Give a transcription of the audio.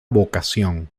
vocación